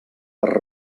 per